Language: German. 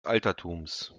altertums